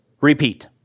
repeat